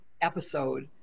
episode